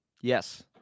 yes